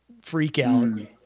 freakout